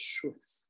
truth